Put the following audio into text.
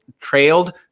trailed